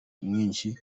mwinshi